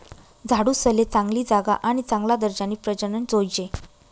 झाडूसले चांगली जागा आणि चांगला दर्जानी प्रजनन जोयजे